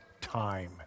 time